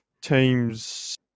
Teams